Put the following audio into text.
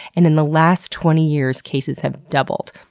and in the last twenty years cases have doubled.